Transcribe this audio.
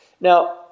Now